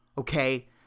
okay